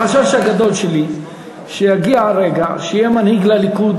החשש הגדול שלי הוא שיגיע הרגע שיהיה מנהיג לליכוד